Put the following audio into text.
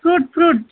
fruit fruit